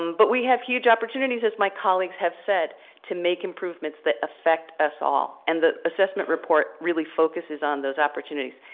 um but we have huge opportunities as my colleagues have said to make improvements that affect us all and the assessment report really focuses on those opportunities.